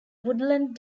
woodland